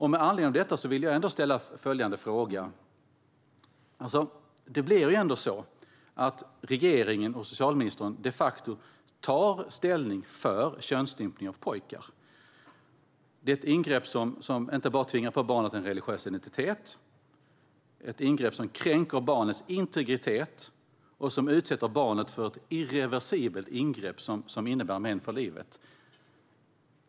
Med anledning av detta vill jag ställa följande fråga: Det blir ändå så att regeringen och socialministern de facto tar ställning för könsstympning av pojkar. Det är ett ingrepp som inte bara tvingar på barnet en religiös identitet och kränker barnets integritet utan också utsätter barnet för ett irreversibelt ingrepp som innebär men för livet.